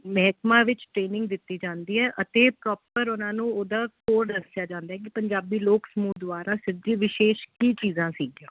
ਮਹਿਕਮਾ ਵਿੱਚ ਟਰੇਨਿੰਗ ਦਿੱਤੀ ਜਾਂਦੀ ਹੈ ਅਤੇ ਪ੍ਰੋਪਰ ਉਹਨਾਂ ਨੂੰ ਉਹਦਾ ਕੋਡ ਦੱਸਿਆ ਜਾਂਦਾ ਕਿ ਪੰਜਾਬੀ ਲੋਕ ਸਮੂਹ ਦੁਆਰਾ ਸਿੱਧੀ ਵਿਸ਼ੇਸ਼ ਕੀ ਚੀਜ਼ਾਂ ਸੀ